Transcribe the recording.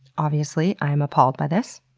obviously, i am appalled by this.